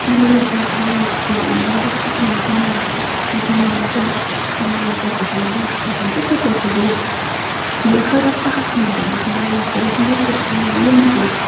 مطلب یہِ ٲسۍ مےٚ خَوٲہِش کہِ مطلب پَنُن زینُن پَنٕنہِ اَتھٕچ کَمٲے گژھٕ بہٕ پَنٕنِس مالِس ماجہِ دیُن تِتھٕے پٲٹھۍ چھُس بہٕ یَژھان کہِ ہر اکھ کٲم چھَس بہٕ ہیٚکان ڈیٚولَپ کٔرتھ یہِ کٔشیٖرِ یہِ مطلب